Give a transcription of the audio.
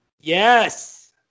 Yes